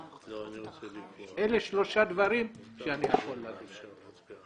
אלה שלושה דברים שאני יכול להגיד.